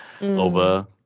over